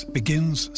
begins